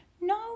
No